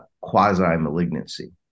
quasi-malignancy